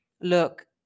look